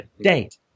date